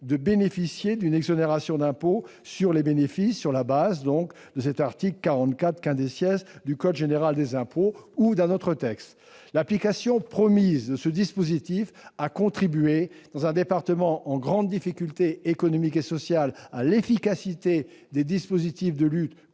de bénéficier d'une exonération d'impôt sur les bénéfices au vu de l'article 44 du code général des impôts ou d'un autre texte ? L'application promise de cette exonération a contribué, dans un département en grande difficulté économique et sociale, à l'efficacité des dispositifs de lutte